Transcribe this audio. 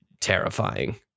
terrifying